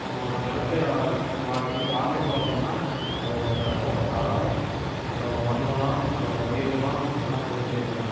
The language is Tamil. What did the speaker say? நம்ம ஒரு நிலத்த விக் வா வாங்க போகிறோமுன்னா அதோடய நிலத்தோடய தரம் அதோடய மண்வளம் அதோடய நீர்வளம் எல்லாம் தெரிஞ்சுருக்கணும்